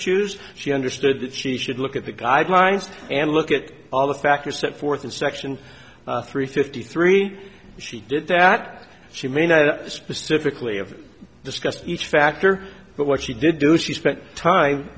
choose she understood that she should look at the guidelines and look at all the factors set forth in section three fifty three she did that she may not have specifically of discussed each factor but what she did do she spent time